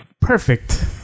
perfect